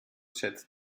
schätzt